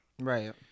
right